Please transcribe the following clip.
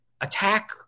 attack